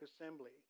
assembly